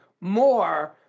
more